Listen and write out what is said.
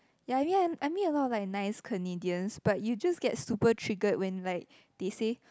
ya I meet I meet a lot of nice Canadians but you just get super triggered when like they say